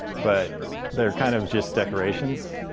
but they're kind of just decorations.